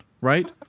right